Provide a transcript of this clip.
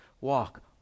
walk